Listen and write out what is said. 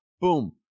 boom